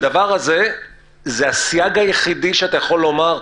הסייג הזה הוא הסייג היחידי שאתה יכול לומר,